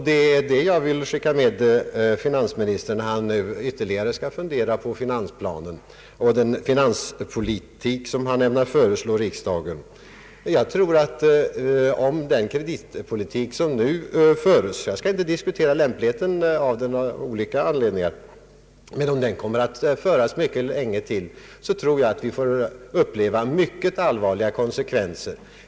Det är detta jag vill påminna finansministern om, när han nu ytterligare skall fundera på finansplanen och den finanspolitik han skall föreslå riksdagen. Jag skall av olika anledningar inte i dag ifrågasätta lämpligheten av den kreditpolitik som nu förs, men om den kommer att fortsätta länge till kan vi få uppleva mycket allvarliga konsekvenser.